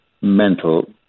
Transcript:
mental